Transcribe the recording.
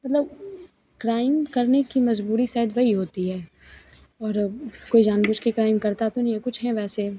मतलब क्राइम करने की मजबूरी सायद वही होती है और अब कोई जानबुझ के क्राइम करता तो नहीं कुछ है वैसे